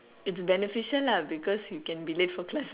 it's beneficial lah because you can be late for class